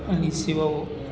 અહીં સેવાઓ